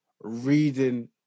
reading